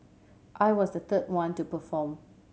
I was the third one to perform